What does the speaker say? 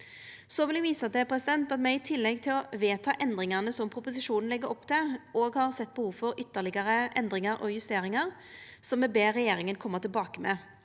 Eg vil visa til at me i tillegg til å vedta endringane som proposisjonen legg opp til, har sett behov for ytterlegare endringar og justeringar, som me ber regjeringa koma tilbake med.